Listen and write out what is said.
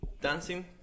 dancing